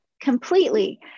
completely